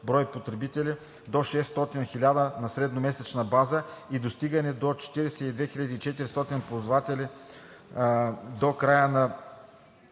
(до 600 – 1000/на средномесечна база) и достигане до 42 400 ползватели до края на